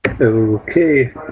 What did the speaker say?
Okay